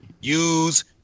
use